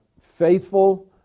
Faithful